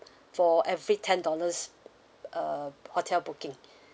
for every ten dollars uh hotel booking